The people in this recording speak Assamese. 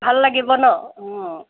ভাল লাগিব ন অঁ